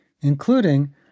including